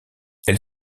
elle